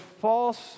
false